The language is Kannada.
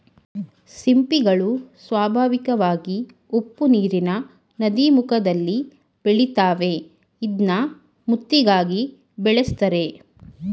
ಸಿಂಪಿಗಳು ಸ್ವಾಭಾವಿಕವಾಗಿ ಉಪ್ಪುನೀರಿನ ನದೀಮುಖದಲ್ಲಿ ಬೆಳಿತಾವೆ ಇದ್ನ ಮುತ್ತಿಗಾಗಿ ಬೆಳೆಸ್ತರೆ